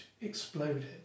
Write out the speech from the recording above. exploded